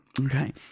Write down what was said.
Okay